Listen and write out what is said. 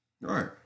Right